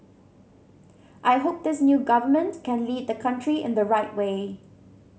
I hope this new government can lead the country in the right way